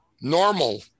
normal